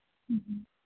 ꯎꯝ